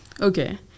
Okay